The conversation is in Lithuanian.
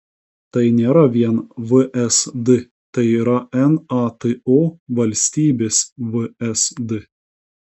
tai nėra vien vsd tai yra nato valstybės vsd